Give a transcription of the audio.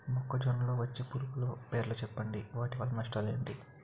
మొక్కజొన్న లో వచ్చే పురుగుల పేర్లను చెప్పండి? వాటి వల్ల నష్టాలు ఎంటి?